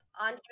on